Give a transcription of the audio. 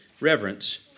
reverence